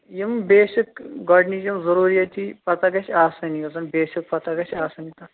یِم بیسِک گۄڈنِچ یِم ضروٗری پَتہ گژھِ آسٲنی یۄس زَن بیسِک پَتہ گژھِ آسٲنی تَتھ